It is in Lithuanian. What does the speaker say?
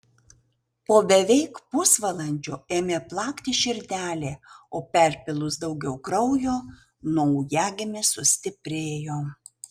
po beveik pusvalandžio ėmė plakti širdelė o perpylus daugiau kraujo naujagimis sustiprėjo